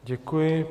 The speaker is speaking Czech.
Děkuji.